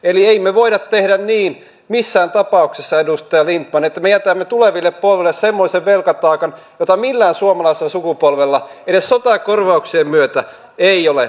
eli emme me voi tehdä missään tapauksessa niin edustaja lindtman että me jätämme tuleville polville semmoisen velkataakan jota millään suomalaisella sukupolvella edes sotakorvauksien myötä ei ole ollut